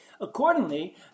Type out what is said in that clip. Accordingly